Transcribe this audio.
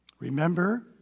Remember